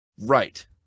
Right